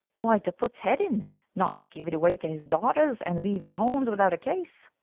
why, to put's head in not to give it away to his daughters, and leave his horns without a case.